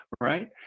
right